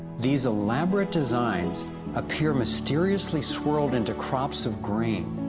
these elaborate designs appear mysteriously swirled into crops of grain,